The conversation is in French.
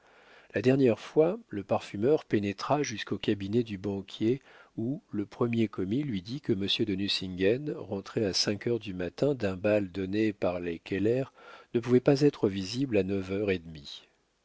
la dernière fois le parfumeur pénétra jusqu'au cabinet du banquier où le premier commis lui dit que monsieur de nucingen rentré à cinq heures du matin d'un bal donné par les keller ne pouvait pas être visible à neuf heures et demie